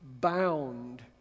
bound